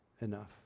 enough